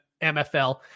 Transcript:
MFL